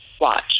watch